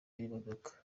n’imodoka